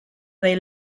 they